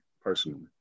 personally